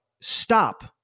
stop